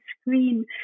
screen